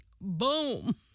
Boom